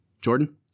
Jordan